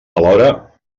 alhora